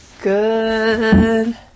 Good